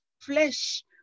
flesh